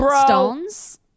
stones